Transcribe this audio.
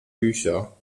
bücher